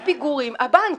הבנק.